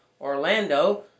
orlando